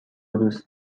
دوست